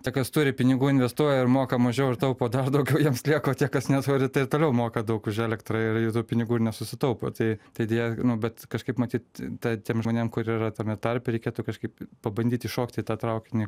tie kas turi pinigų investuoja ir moka mažiau ir taupo dar daugiau jiems lieka o tie kas neturi ir toliau moka daug už elektrą ir jie tų pinigų ir nesusitaupo tai tai deja nu bet kažkaip matyt ta tiems žmonėm kurie yra tame tarpe reikėtų kažkaip pabandyti šokti į tą traukinį